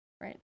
Right